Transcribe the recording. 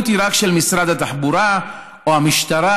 האחריות היא רק של משרד התחבורה או המשטרה,